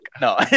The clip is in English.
no